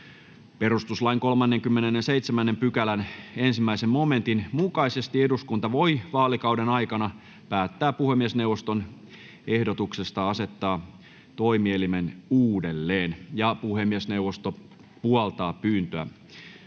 Perustuslain 37 §:n 1 momentin mukaisesti eduskunta voi vaalikauden aikana päättää puhemiesneuvoston ehdotuksesta asettaa toimielimen uudelleen. Puhemiesneuvosto puoltaa pyyntöä.